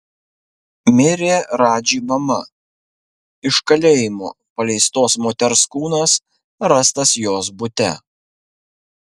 mirė radži mama iš kalėjimo paleistos moters kūnas rastas jos bute